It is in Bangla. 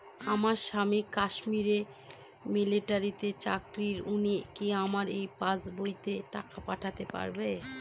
আমার স্বামী কাশ্মীরে মিলিটারিতে চাকুরিরত উনি কি আমার এই পাসবইতে টাকা পাঠাতে পারবেন?